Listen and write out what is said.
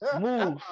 Move